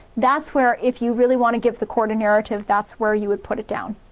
that's where if you really want to give the court a narrative, that's where you would put it down.